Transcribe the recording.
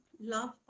love